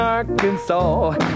Arkansas